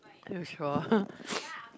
are you sure